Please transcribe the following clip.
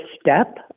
step